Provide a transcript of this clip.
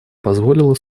позволило